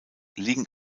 liegen